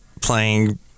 playing